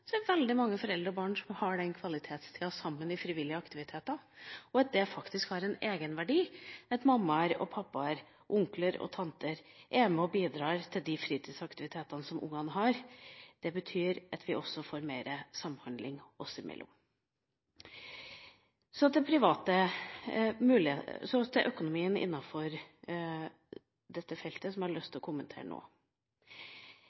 så er det veldig mange foreldre og barn som har den kvalitetstida sammen i frivillige aktiviteter, og at det faktisk har en egenverdi at mammaer og pappaer, onkler og tanter er med og bidrar til de fritidsaktivitetene som ungene har. Det betyr at vi også får mer samhandling oss imellom. Så har jeg lyst til å kommentere økonomien innenfor dette feltet. Jeg mener at vi burde hatt et system som